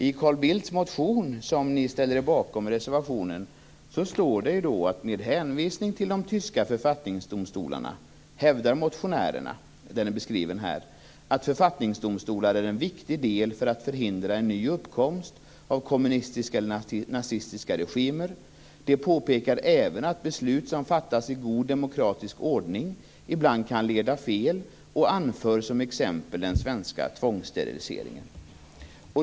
I Carl Bildts motion, som ni ställer er bakom i reservationen, står det nämligen att med hänvisning till de tyska författningsdomstolarna - som beskrivs - hävdar motionärerna att författningsdomstolar är en viktig del för att förhindra en ny uppkomst av kommunistiska eller nazistiska regimer. Det påpekas även att beslut som fattas i god demokratisk ordning ibland kan leda fel, och man anför som exempel den svenska tvångssteriliseringen.